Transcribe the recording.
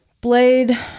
Blade